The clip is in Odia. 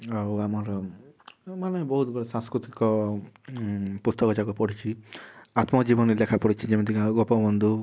ଆଉ ଆମର୍ ମାନେ ବହୁତ୍ ଗୁଡ଼େ ସାଂସ୍କୃତିକ ପୁସ୍ତକଯାକ ପଢ଼ିଛି ଆତ୍ମଜୀବନି ଲେଖା ପଢ଼ିଛି ଯେମିତିକି ଆମ ଗୋପବନ୍ଧୁ